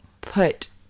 put